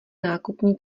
nákupní